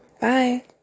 Bye